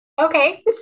Okay